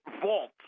vault